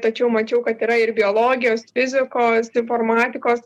tačiau mačiau kad yra ir biologijos fizikos informatikos